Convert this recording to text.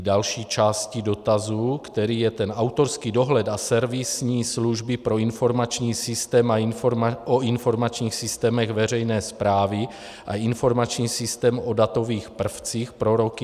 Další části dotazu, který je ten autorský dohled a servisní služby pro informační systém o informačních systémech veřejné správy a informační systém o datových prvcích pro roky 2015 a 2018.